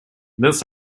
this